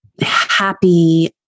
happy